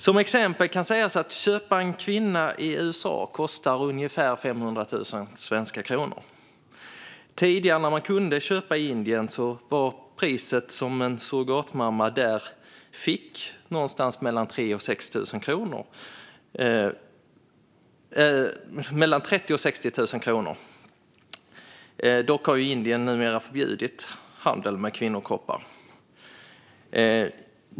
Som exempel kan sägas att det kostar ungefär 500 000 svenska kronor att köpa en kvinna i USA. Tidigare när man kunde köpa i Indien var priset som en surrogatmamma där fick någonstans mellan 30 000 och 60 000 kronor. Dock har Indien numera förbjudit handel med kvinnokroppar.